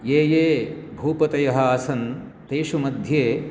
ये ये भूपतयः आसन् तेषु मध्ये